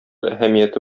әһәмияте